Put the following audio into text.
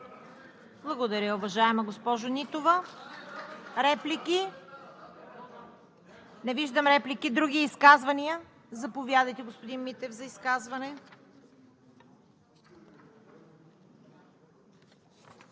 Благодаря, уважаема госпожо Нитова. Реплики? Не виждам. Други изказвания? Заповядайте, господин Митев.